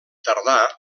tardà